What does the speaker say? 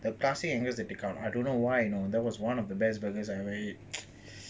the classic angus they take out I don't know why it was one of the best burger I ever eat